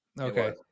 Okay